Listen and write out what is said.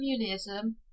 communism